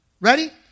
Ready